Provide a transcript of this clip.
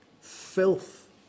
Filth